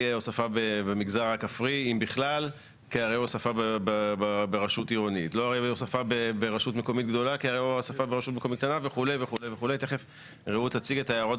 במצב הקיים אין אפילו תוכנית אחת שמוגשת על ידי יזם פרטי שהשיג רוב של